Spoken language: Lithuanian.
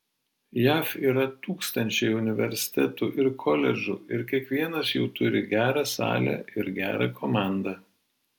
jav yra tūkstančiai universitetų ir koledžų ir kiekvienas jų turi gerą salę ir gerą komandą